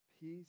peace